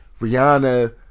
Rihanna